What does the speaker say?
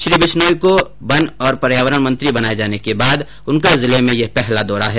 श्री बिश्नोई को वन और पर्यावरण मंत्री बनाये जाने के बाद उनका जिले में यह पहला दौरा है